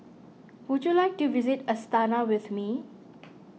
would you like to visit Astana with me